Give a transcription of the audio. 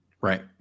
Right